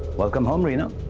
welcome home, reena.